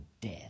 death